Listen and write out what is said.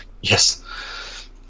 Yes